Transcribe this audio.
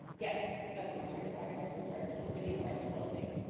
yes, that's what's required for parking for the apartment building.